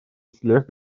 всех